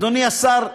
אדוני השר,